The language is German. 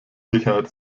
sicherheit